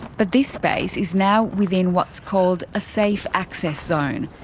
but this space is now within what's called a safe access zone,